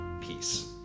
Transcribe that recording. Peace